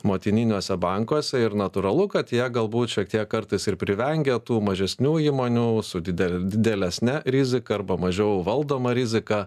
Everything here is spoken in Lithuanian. motininiuose bankuose ir natūralu kad jie galbūt šiek tiek kartais ir privengia tų mažesnių įmonių su didel didelėsne rizika arba mažiau valdoma rizika